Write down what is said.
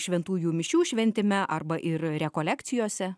šventųjų mišių šventime arba ir rekolekcijose